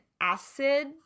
acid